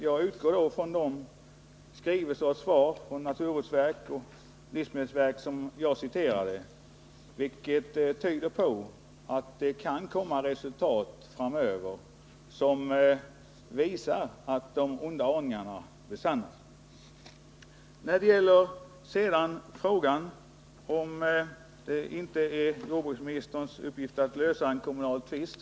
Jag utgår då ifrån de skrivelser från naturvårdsverket och livsmedelsverket som jag citerade och som tyder på att det kan komma resultat framöver som besannar de onda aningarna. Jagtror det är alldeles riktigt att det inte är jordbruksministerns uppgift att lösa en kommunal tvist.